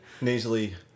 Nasally